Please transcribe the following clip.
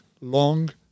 long